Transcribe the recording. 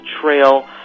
trail